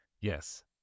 Yes